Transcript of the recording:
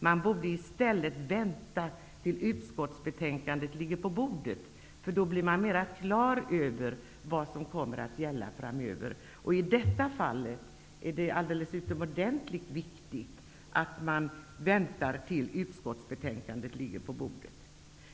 Man borde i stället vänta tills utskottsbetänkandet ligger på bordet, då man blir mera klar över vad som kommer att gälla framöver. I detta fall är det alldeles utomordentligt viktigt att man väntar tills utskottsbetänkandet ligger på bordet.